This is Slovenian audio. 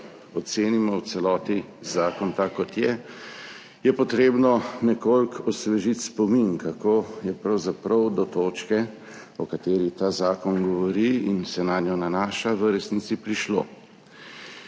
ocenimo v celoti zakon tak, kot je, je potrebno nekoliko osvežiti spomin, kako je pravzaprav do točke, o kateri ta zakon govori in se nanjo nanaša, v resnici prišlo.